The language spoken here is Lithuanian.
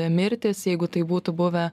mirtys jeigu tai būtų buvę